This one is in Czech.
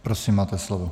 Prosím, máte slovo.